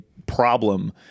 problem